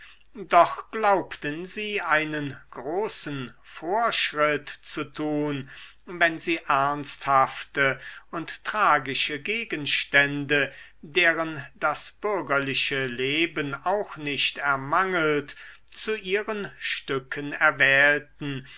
doch glaubten sie einen großen vorschritt zu tun wenn sie ernsthafte und tragische gegenstände deren das bürgerliche leben auch nicht ermangelt zu ihren stücken erwählten